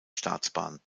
staatsbahn